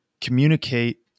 communicate